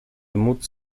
móc